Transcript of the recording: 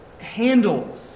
handle